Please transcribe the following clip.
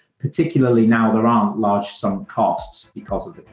particularly now there aren't large sum costs because of